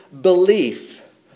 belief